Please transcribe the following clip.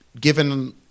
given